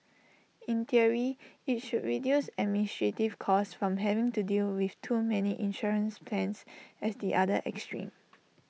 in theory IT should reduce administrative costs from having to deal with too many insurance plans as the other extreme